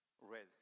red